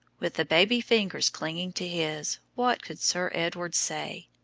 with the baby fingers clinging to his, what could sir edward say?